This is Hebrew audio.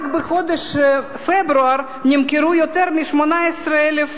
רק בחודש פברואר נמכרו יותר מ-18,000